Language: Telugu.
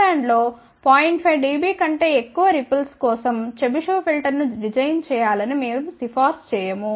5 డిబి కంటే ఎక్కువ రిపుల్స్ కోసం చెబిషెవ్ ఫిల్టర్ను డిజైన్ చేయా లని మేము సిఫార్సు చేయము